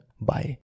bye